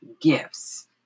gifts